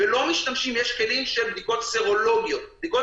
יש כלים של בדיקות סרולוגיות; בדיקות